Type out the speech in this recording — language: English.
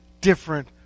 different